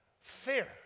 fear